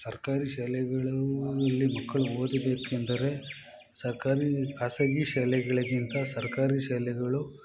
ಸರ್ಕಾರಿ ಶಾಲೆಗಳು ಇಲ್ಲಿ ಮಕ್ಕಳು ಓದಬೇಕೆಂದರೆ ಸರ್ಕಾರಿ ಖಾಸಗಿ ಶಾಲೆಗಳಿಗಿಂತ ಸರ್ಕಾರಿ ಶಾಲೆಗಳು